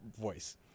voice